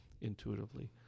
intuitively